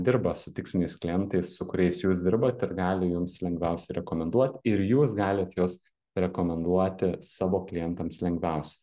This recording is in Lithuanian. dirba su tiksliniais klientais su kuriais jūs dirbat ir gali jums lengviausiai rekomenduot ir jūs galit juos rekomenduoti savo klientams lengviausiai